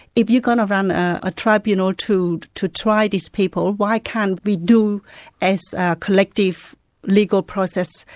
if you're going to run a tribunal to to try these people, why can't we do as a collective legal process,